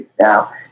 Now